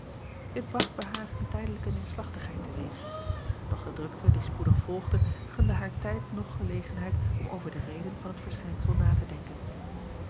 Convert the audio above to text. it bracht bij haar een tijdelijke neêrslachtigheid te-weeg doch de drukte die spoedig volgde gunde haar tijd noch gelegenheid om over de reden van het verschijnsel na te denken